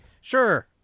Sure